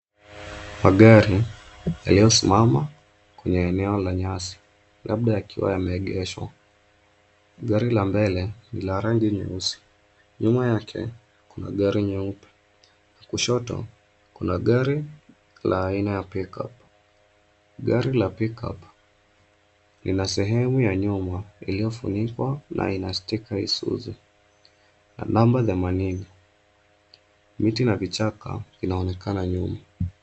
Magari yaliyo simama kwenye eneo la nyasi labda yakiwa imeegeshwa. Gari la mbele ni la rangi nyeusi, nyuma yake kuna gari nyeupe, kushoto kuna gari la aina ya pick up . Gari la pick-up lina sehemu ya nyuma iliyo funikwa in sticker isuzu na numba za maneno miti na vichaka inaonekana nyuma.